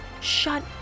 shut